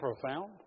profound